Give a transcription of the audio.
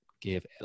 give